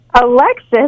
Alexis